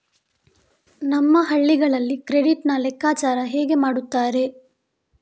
ನಮ್ಮ ಹಳ್ಳಿಗಳಲ್ಲಿ ಕ್ರೆಡಿಟ್ ನ ಲೆಕ್ಕಾಚಾರ ಹೇಗೆ ಮಾಡುತ್ತಾರೆ?